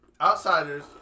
outsiders